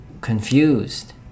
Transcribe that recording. confused